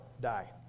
die